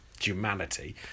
humanity